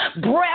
Breath